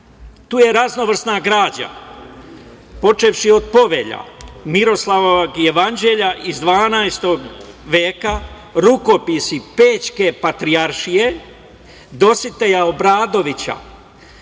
Tu je raznovrsna građa, počevši od Povelja Miroslavljevog jevanđelja iz 12. veka, Rukopisi Pećke patrijaršije, Dositeja Obradovića,